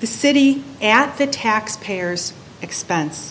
the city at the taxpayer's expense